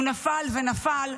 הוא נפל ונפל,